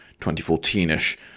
2014-ish